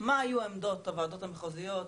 מה היו עמדות הוועדות המחוזיות,